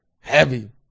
Heavy